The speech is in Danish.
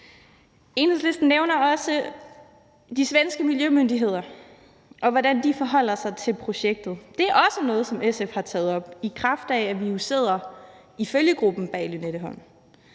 Enhedslisten nævner også de svenske miljømyndigheder, og hvordan de forholder sig til projektet. Det er også noget, som SF har taget op, i kraft af at vi jo sidder i følgegruppen bag Lynetteholm.